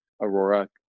Aurora